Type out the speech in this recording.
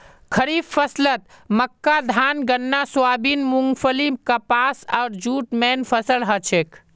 खड़ीफ फसलत मक्का धान गन्ना सोयाबीन मूंगफली कपास आर जूट मेन फसल हछेक